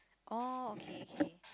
oh okay okay